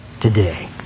today